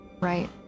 Right